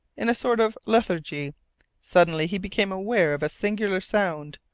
in a sort of lethargy suddenly he became aware of a singular sound,